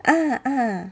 ah ah